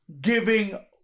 giving